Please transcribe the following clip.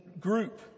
group